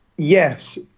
Yes